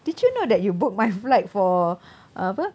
did you know that you book my flight for uh apa